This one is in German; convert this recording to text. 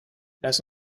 lass